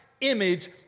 image